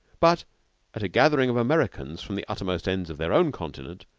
but at a gathering of americans from the uttermost ends of their own continent,